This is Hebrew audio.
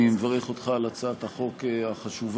אני מברך אותך על הצעת החוק החשובה.